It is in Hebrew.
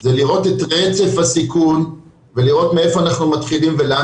זה לראות את --- ולראות מאיפה אנחנו מתחילים ולאן